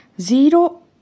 Zero